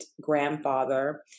grandfather